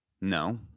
No